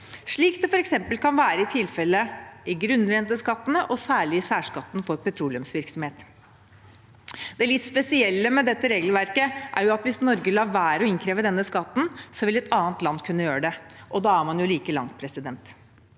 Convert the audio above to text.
slik som f.eks. kan være tilfellet i grunnrenteskattene og særlig i særskatten for petroleumsvirksomhet. Det litt spesielle med dette regelverket er at hvis Norge lar være å innkreve denne skatten, vil et annet land kunne gjøre det, og da er man like langt. Det